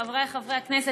חברי חברי הכנסת,